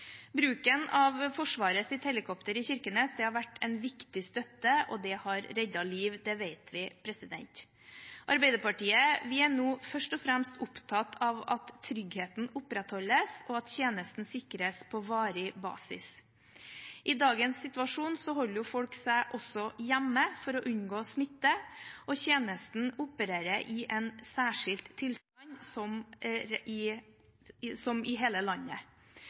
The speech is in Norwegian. Bruken av Forsvarets helikopter i Kirkenes har vært en viktig støtte, og det har reddet liv. Det vet vi. Arbeiderpartiet er nå først og fremst opptatt av at tryggheten opprettholdes, og at tjenesten sikres på varig basis. I dagens situasjon holder folk seg hjemme for å unngå smitte, og tjenesten opererer i en særskilt tilstand, som i hele landet. Nå som